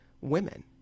women